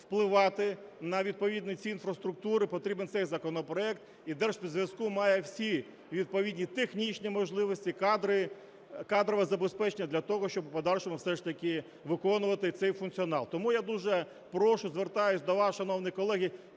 впливати на відповідні ці інфраструктури, потрібен цей законопроект. І Держспецзв'язку має всі відповідні технічні можливості, кадри, кадрове забезпечення для того, щоб в подальшому все ж таки виконувати цей функціонал. Тому я дуже прошу, звертаюсь до вас, шановні колеги,